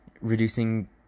reducing